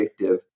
addictive